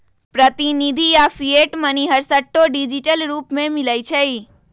प्रतिनिधि आऽ fiat money हरसठ्ठो डिजिटल रूप में मिलइ छै